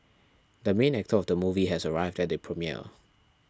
the main actor of the movie has arrived at the premiere